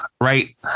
right